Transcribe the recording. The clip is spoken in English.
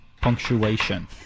Punctuation